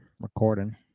recording